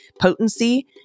potency